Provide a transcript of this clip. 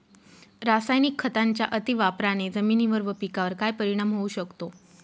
रासायनिक खतांच्या अतिवापराने जमिनीवर व पिकावर काय परिणाम होऊ शकतो?